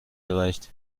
erreicht